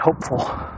hopeful